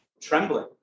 trembling